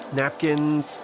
napkins